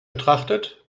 betrachtet